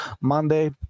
Monday